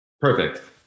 Perfect